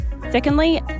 Secondly